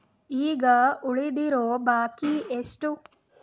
ಈಗ ಉಳಿದಿರೋ ಬಾಕಿ ಎಷ್ಟು?